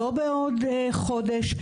לא בעוד חודש,